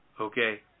okay